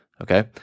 okay